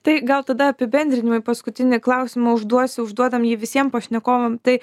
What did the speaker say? tai gal tada apibendrinimui paskutinį klausimą užduosiu užduodam jį visiem pašnekovam tai